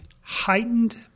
heightened